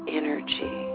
energy